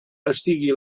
estigui